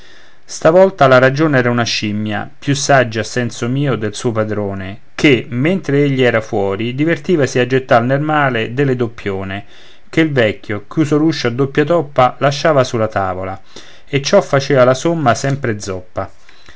stavolta la ragion era una scimmia più saggia a senso mio del suo padrone che mentre egli era fuori divertivasi a gettare nel mar delle doppione che il vecchio chiuso l'uscio a doppia toppa lasciava sulla tavola e ciò facea la somma sempre zoppa